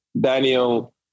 Daniel